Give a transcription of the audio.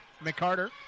McCarter